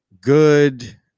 good